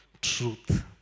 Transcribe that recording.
truth